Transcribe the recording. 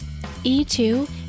E2